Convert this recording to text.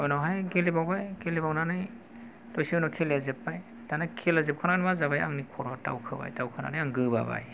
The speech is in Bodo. उनावहाय गेलेबावबाय गेलेबावनानै दसे उनाव खेलाया जोब्बाय दाना खेला जोबखांनानै मा जाबाय आंनि खर'आ दावखोबाय दावखोनानै आं गोबाबाय